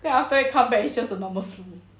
then after come back it's just a normal flu